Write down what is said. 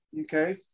okay